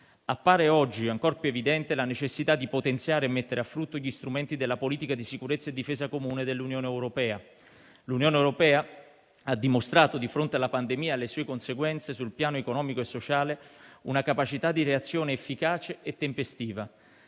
Appare oggi ancor più evidente la necessità di potenziare e mettere a frutto gli strumenti della politica di sicurezza e difesa comune dell'Unione europea. «L'Unione europea ha dimostrato, di fronte alla pandemia e alle sue conseguenze sul piano economico e sociale, una capacità di reazione efficace e tempestiva.